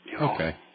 Okay